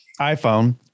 iPhone